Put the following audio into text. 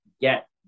get